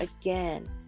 again